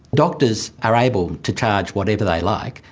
doctors are able to charge whatever they like.